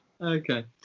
Okay